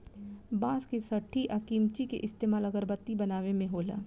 बांस के सठी आ किमची के इस्तमाल अगरबत्ती बनावे मे होला